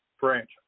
branch